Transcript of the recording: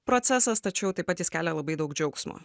procesas tačiau taip pat jis kelia labai daug džiaugsmo